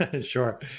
sure